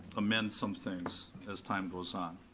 amend some things as time goes on.